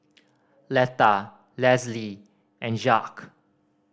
Letta Lesli and Jacque